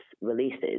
releases